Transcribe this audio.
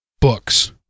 books